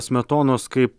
smetonos kaip